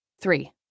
Three